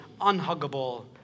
unhuggable